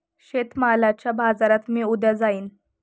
शेतमालाच्या बाजारात मी उद्या जाईन